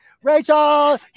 Rachel